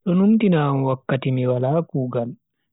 Do numtina am wakkati mi wala kugal.